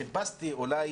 חיפשתי אולי